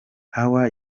hawa